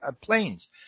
planes